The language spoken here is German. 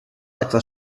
etwas